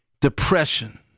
Depression